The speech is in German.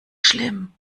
schlimm